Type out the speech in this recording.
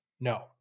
no